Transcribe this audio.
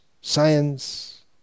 science